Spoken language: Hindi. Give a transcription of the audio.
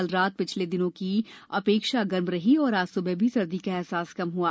कल रात पिछले दिनों की अपेक्षा गर्म रही और आज सुबह भी सर्दी का एहसास कम हुआ